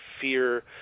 fear